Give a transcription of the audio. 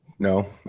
No